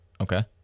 Okay